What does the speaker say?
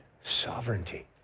Sovereignty